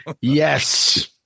Yes